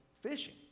fishing